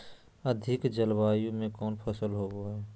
अधिक जलवायु में कौन फसल होबो है?